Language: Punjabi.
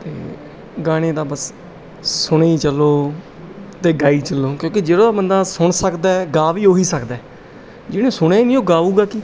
ਅਤੇ ਗਾਣੇ ਦਾ ਬਸ ਸੁਣੀ ਚੱਲੋ ਅਤੇ ਗਾਈ ਚੱਲੋ ਕਿਉਂਕਿ ਜਿਹੜਾ ਬੰਦਾ ਸੁਣ ਸਕਦਾ ਗਾ ਵੀ ਉਹੀ ਸਕਦਾ ਜਿਹਨੇ ਸੁਣਿਆ ਹੀ ਨਹੀਂ ਉਹ ਗਾਊਗਾ ਕੀ